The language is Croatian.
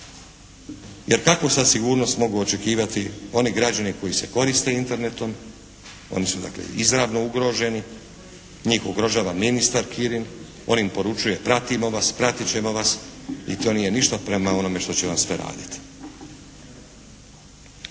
jer kakvu sad sigurnost mogu očekivati oni građani koji se koriste Internetom, oni su dakle izravno ugroženi, njih ugrožava ministar Kirin, on im poručuje pratimo vas, pratit ćemo vas i to nije ništa prema onome što će vam sve raditi.